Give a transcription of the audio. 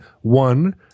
one